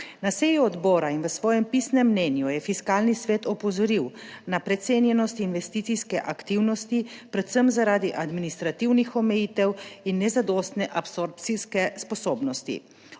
Na seji odbora in v svojem pisnem mnenju je Fiskalni svet opozoril na precenjenost investicijske aktivnosti, predvsem zaradi administrativnih omejitev in nezadostne absorpcijske sposobnosti.